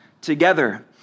together